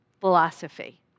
philosophy